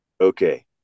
Okay